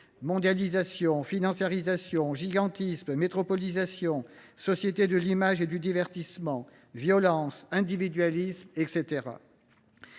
mondialisation, financiarisation, gigantisme, métropolisation, société de l’image et du divertissement, violences, individualisme… Dans